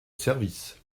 service